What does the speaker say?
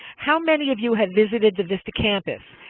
how many of you have visited the vista campus?